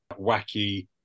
wacky